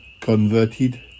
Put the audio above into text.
converted